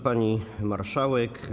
Pani Marszałek!